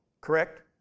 correct